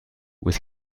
with